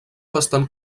bastant